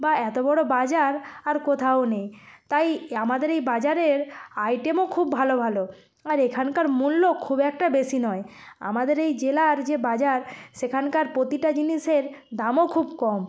বা এত বড় বাজার আর কোথাও নেই তাই আমাদের এই বাজারের আইটেমও খুব ভালো ভালো আর এখানকার মূল্য খুব একটা বেশি নয় আমাদের এই জেলার যে বাজার সেখানকার প্রতিটা জিনিসের দামও খুব কম